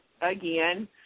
again